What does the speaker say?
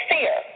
Fear